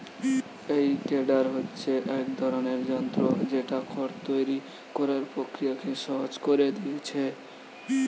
এই টেডার হচ্ছে এক ধরনের যন্ত্র যেটা খড় তৈরি কোরার প্রক্রিয়াকে সহজ কোরে দিয়েছে